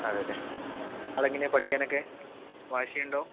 അതെ അല്ലെ ആളെങ്ങനെയാണ് പഠിക്കാനൊക്കെ വാശിയുണ്ടോ